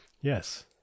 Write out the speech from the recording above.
Yes